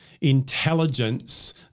intelligence